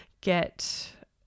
get